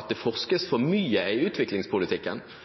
at det forskes for mye i utviklingspolitikken, og at vi burde brukt mindre penger på forskning …? Presidenten vil opplyse om at i